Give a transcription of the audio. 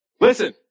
Listen